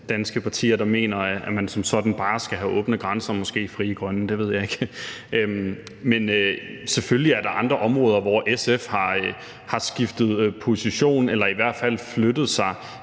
danske partier, der mener, at man som sådan bare skal have åbne grænser – måske Frie Grønne; det ved jeg ikke. Men selvfølgelig er der andre områder, hvor SF har skiftet position eller i hvert fald flyttet sig